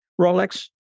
Rolex